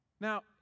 Now